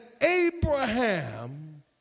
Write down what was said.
Abraham